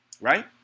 right